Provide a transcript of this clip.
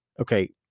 Okay